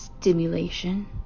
Stimulation